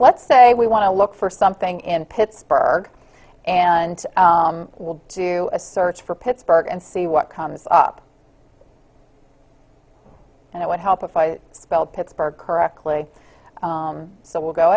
let's say we want to look for something in pittsburgh and we'll do a search for pittsburgh and see what comes up and it would help if i spelled pittsburgh correctly so we'll go